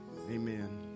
Amen